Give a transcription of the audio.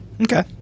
Okay